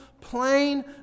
plain